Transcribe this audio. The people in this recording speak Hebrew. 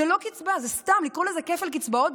זו לא קצבה, זה סתם לקרוא לזה כפל קצבאות.